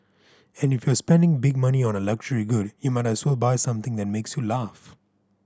and if you're spending big money on a luxury good you might as well buy something that makes you laugh